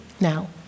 now